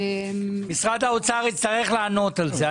משרד האוצר יצטרך לענות על זה.